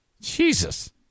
Jesus